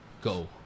Go